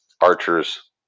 archers